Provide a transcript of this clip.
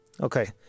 okay